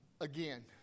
Again